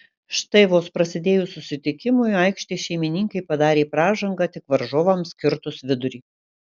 štai vos prasidėjus susitikimui aikštės šeimininkai padarė pražangą tik varžovams kirtus vidurį